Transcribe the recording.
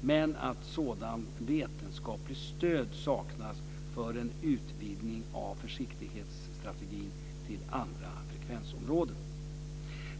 men att sådant vetenskapligt stöd saknas för en utvidgning av försiktighetsstrategin till andra frekvensområden.